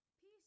Peace